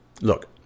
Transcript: look